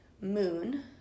moon